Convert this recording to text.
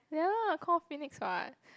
ya call Phoenix [what]